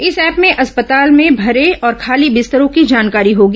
इस एप्प में अस्पताल में भरे और खाली बिस्तरों की जानकारी होगी